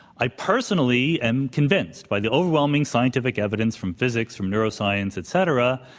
i personally am convinced by the overwhelming scientific evidence from physics from neuroscience, et cetera,